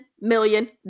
million